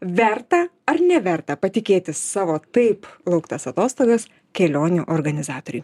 verta ar neverta patikėti savo taip lauktas atostogas kelionių organizatoriui